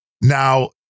Now